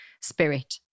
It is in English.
spirit